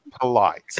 polite